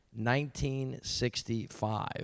1965